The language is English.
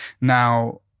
Now